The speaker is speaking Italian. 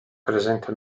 presente